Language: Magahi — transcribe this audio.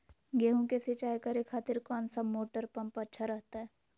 गेहूं के सिंचाई करे खातिर कौन सा मोटर पंप अच्छा रहतय?